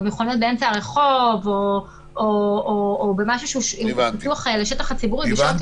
זה יכול להיות גם באמצע הרחוב או במשהו שהוא פתוח לשטח הציבורי בשעות